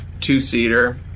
two-seater